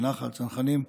בנח"ל צנחנים,